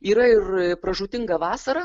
yra ir pražūtinga vasara